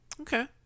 Okay